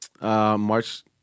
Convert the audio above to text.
March